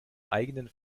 eigenen